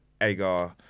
Agar